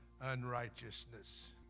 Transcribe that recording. unrighteousness